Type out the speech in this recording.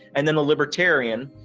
and then the libertarian,